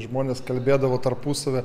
žmonės kalbėdavo tarpusavyje